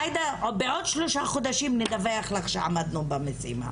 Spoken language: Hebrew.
עאידה, בעוד שלושה חודשים נדווח שעמדנו במשימה.